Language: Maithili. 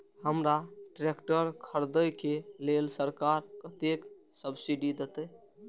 हमरा ट्रैक्टर खरदे के लेल सरकार कतेक सब्सीडी देते?